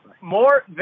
more